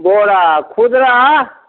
बोरा खुदरा